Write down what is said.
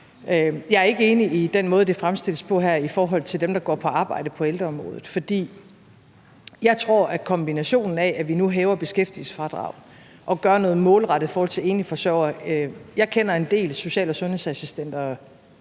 Jeg er ikke enig i den måde, det fremstilles på her i forhold til dem, der går på arbejde på ældreområdet, for jeg tror, at kombinationen af, at vi nu hæver beskæftigelsesfradraget og gør noget målrettet i forhold til enlige forsørgere vil være en håndsrækning. Jeg kender en del social- og sundhedsassistenter